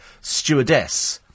stewardess